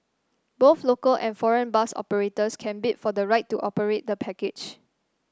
both local and foreign bus operators can bid for the right to operate the package